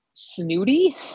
Snooty